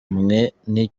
niki